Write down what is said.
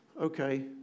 okay